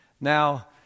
Now